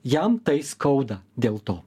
jam tai skauda dėl to